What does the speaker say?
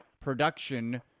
Production